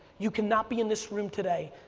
you cannot be in this room today,